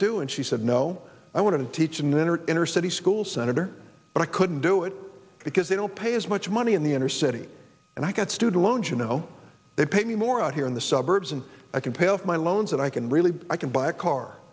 do and she said no i want to teach in inner inner city school senator but i couldn't do it because they don't pay as much money in the inner city and i got student loans you know they pay me more out here in the suburbs and i can pay off my loans and i can really i can buy a car